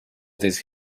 these